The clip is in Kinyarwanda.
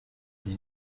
iri